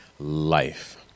life